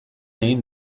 egin